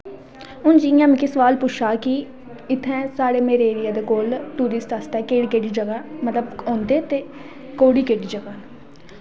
हून जियां कि मिगी सोआल पुच्छे दा कि मेरे एरिया कोल टुरिस्ट आस्तै केह्ड़ी केह्ड़ी जगह न मतलब औंदे न ते केह्ड़ी केह्ड़ी जगह न